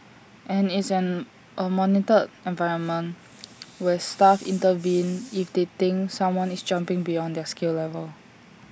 and it's A monitored environment where staff intervene if they think someone is jumping beyond their skill level